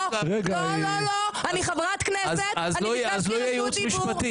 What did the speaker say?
לא, לא, אני חברת כנסת, ביקשתי זכות דיבור.